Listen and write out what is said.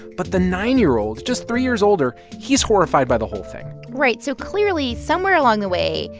but the nine year old, just three years older he's horrified by the whole thing right. so, clearly, somewhere along the way,